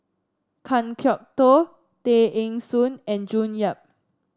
Kan Kwok Toh Tay Eng Soon and June Yap